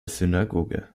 synagoge